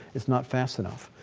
it's not fast enough.